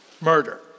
murder